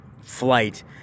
flight